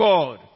God